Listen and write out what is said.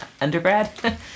undergrad